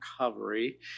recovery